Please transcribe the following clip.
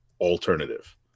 alternative